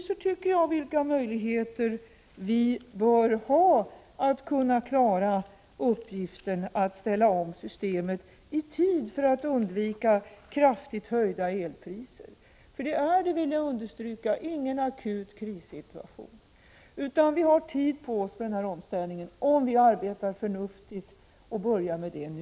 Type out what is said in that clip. Detta belyser vilka möjligheter vi bör ha att klara uppgiften att ställa om systemet i tid för att undvika kraftigt höjda elpriser. Det är — det vill jag understryka — ingen akut krissituation, utan vi har tid på oss för omställningen, om vi arbetar förnuftigt och börjar med det nu.